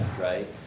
right